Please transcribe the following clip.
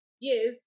yes